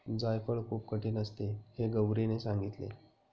जायफळ खूप कठीण असते हे गौरीने सांगितले